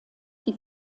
die